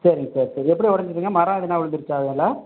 சரிங்க சார் சரி எப்படி உடஞ்சிதுங்க மரம் எதனா விழுந்துருச்சா அதுமேல்